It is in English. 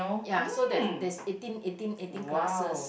ya so there's there's eighteen eighteen eighteen classes